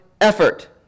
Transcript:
effort